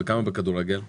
כמה בכדורגל שחקנים?